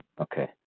Okay